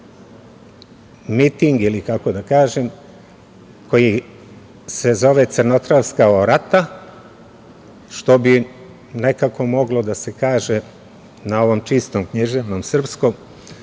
miting, ili kako da kažem, koji se zove Crnotravska orata, što bi nekako moglo da se kaže na ovom čistom književnom srpskom